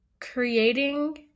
creating